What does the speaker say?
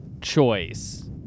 choice